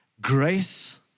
Grace